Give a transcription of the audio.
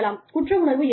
குற்ற உணர்வு இருக்கலாம்